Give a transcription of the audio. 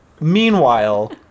meanwhile